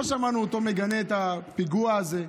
לא שמענו אותו מגנה את הפיגוע הזה,